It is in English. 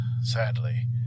sadly